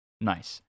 Nice